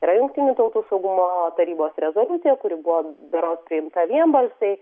yra jungtinių tautų saugumo tarybos rezoliucija kuri buvo berods priimta vienbalsiai